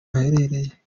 aherereye